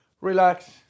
Relax